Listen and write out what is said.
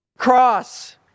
cross